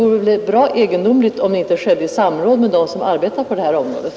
Men det vore bra egendomligt om det inte skedde i samråd med dem som arbetar på det här området.